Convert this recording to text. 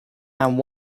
and